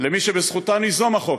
למי שבזכותה ניזום החוק,